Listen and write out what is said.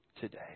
today